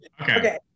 Okay